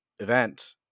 event